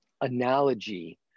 analogy